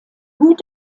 hut